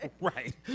Right